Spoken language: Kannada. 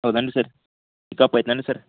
ಹೌದೇನ್ರಿ ಸರ್ ಪಿಕಪ್ ಐತೆನ್ರಿ ಸರ್